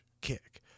kick